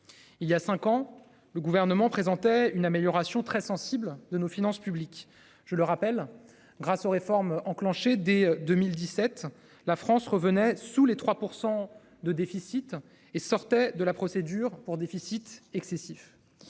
Il y a 5 ans, le gouvernement présentait une amélioration très sensible de nos finances publiques, je le rappelle, grâce aux réformes enclenchées dès 2017 la France revenait sous les 3% de déficit et sortait de la procédure pour déficit excessif.